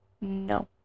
No